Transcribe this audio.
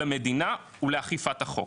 למדינה ולאכיפת החוק,